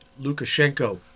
Lukashenko